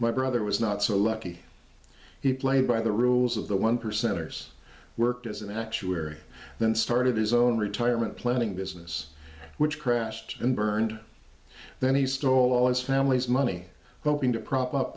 my brother was not so lucky he played by the rules of the one percenters worked as an actuary then started his own retirement planning business which crashed and burned then he stole all his family's money to prop up